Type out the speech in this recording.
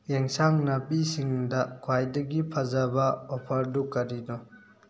ꯑꯦꯟꯁꯥꯡ ꯅꯥꯄꯤꯁꯤꯡꯗ ꯈ꯭ꯋꯥꯏꯗꯒꯤ ꯐꯖꯕ ꯑꯣꯐꯔꯗꯨ ꯀꯔꯤꯅꯣ